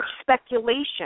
speculation